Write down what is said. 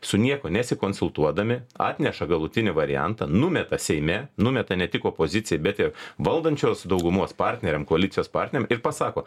su niekuo nesikonsultuodami atneša galutinį variantą numeta seime numeta ne tik opozicijai bet ir valdančios daugumos partneriams koalicijos partneriam ir pasako